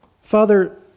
Father